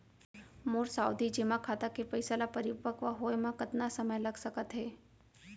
मोर सावधि जेमा खाता के पइसा ल परिपक्व होये म कतना समय लग सकत हे?